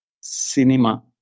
cinema